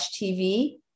TV